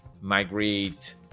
migrate